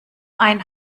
ein